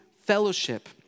fellowship